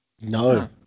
No